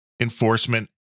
enforcement